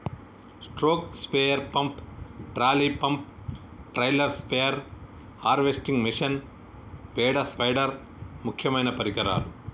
stroke sprayer pump, trolley pump, trailer spare, harvesting machine, పేడ spider ముక్యమైన పరికరాలు